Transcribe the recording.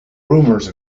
rumors